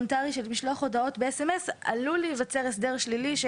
משלוח הודעות בסמס עלול להיווצר הסדר שלילי.